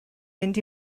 fynd